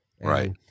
Right